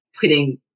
putting